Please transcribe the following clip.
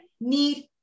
need